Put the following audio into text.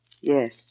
Yes